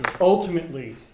ultimately